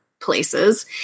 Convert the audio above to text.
places